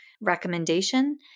recommendation